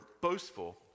boastful